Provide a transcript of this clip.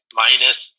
minus